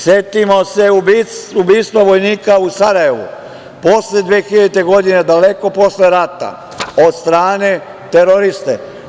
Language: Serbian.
Setimo se ubistvo vojnika u Sarajevu, posle 2000. godine, daleko posle rata od strane teroriste.